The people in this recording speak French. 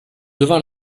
devint